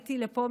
כשעליתי לפה,